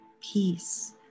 peace